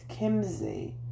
Kimsey